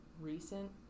recent